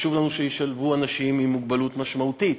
חשוב לנו שישלבו אנשים עם מוגבלות משמעותית.